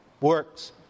works